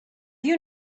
you